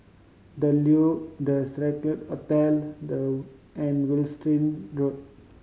The Leo The Scarlet Hotel and Wiltshire Road